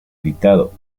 editado